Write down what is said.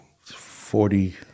Forty